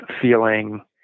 feeling